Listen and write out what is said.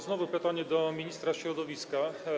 Znowu pytanie do ministra środowiska.